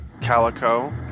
Calico